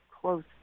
close